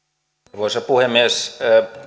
arvoisa puhemies